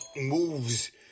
moves